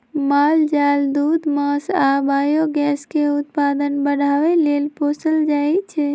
माल जाल दूध मास आ बायोगैस के उत्पादन बढ़ाबे लेल पोसल जाइ छै